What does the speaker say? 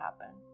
happen